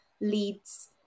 leads